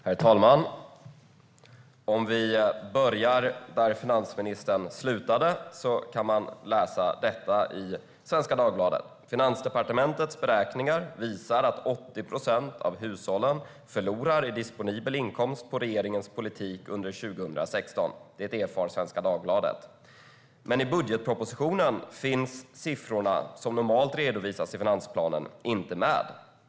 Herr talman! För att börja där finansministern slutade kan man läsa detta i Svenska Dagbladet: "Finansdepartementets beräkningar visar att 80 procent av hushållen förlorar i disponibel inkomst på regeringens politik under 2016. Det erfar SvD. Men i budgetpropositionen finns siffrorna, som normalt redovisas i finansplanen, inte med.